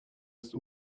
ist